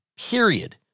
period